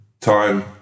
Time